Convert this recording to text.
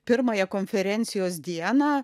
pirmąją konferencijos dieną